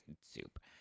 soup